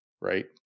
right